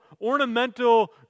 ornamental